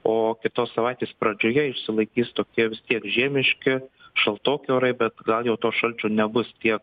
o kitos savaitės pradžioje išsilaikys tokie vis tiek žiemiški šaltoki orai bet gal jau to šalčio nebus tiek